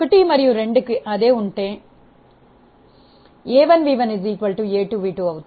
1 2 కి అదే ఉంటే A1V1A2V2 అవుతుంది